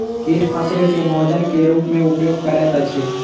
कीट फसील के भोजन के रूप में उपयोग करैत अछि